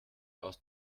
aus